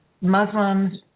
Muslims